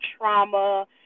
trauma –